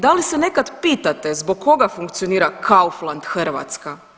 Da li se nekada pitate zbog koga funkcionira Kaufland Hrvatska?